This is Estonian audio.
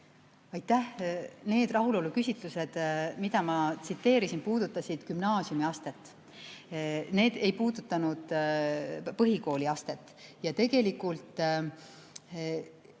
Aitäh! Need rahuloluküsitlused, mida ma tsiteerisin, puudutasid gümnaasiumiastet. Need ei puudutanud põhikooliastet. Tegelikult